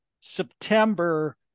september